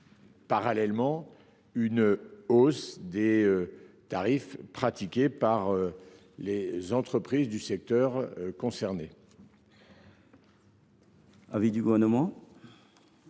n’entraîne une hausse des tarifs pratiqués par les entreprises du secteur concerné.